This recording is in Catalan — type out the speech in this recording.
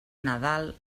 nadal